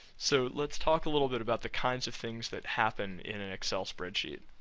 so, let's talk a little bit about the kinds of things that happen in an excel spreadsheet.